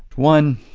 one